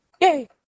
Yay